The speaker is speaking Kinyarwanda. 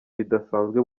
bidasanzwe